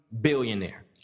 billionaire